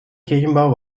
kirchenbau